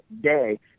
day